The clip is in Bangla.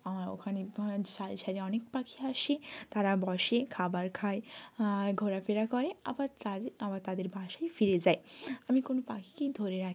আমার ওখানে সারি সারি অনেক পাখি আসে তারা বসে খাবার খায় ঘোরাফেরা করে আবার তার আবার তাদের বাসায় ফিরে যায় আমি কোনও পাখিকেই ধরে রাখি না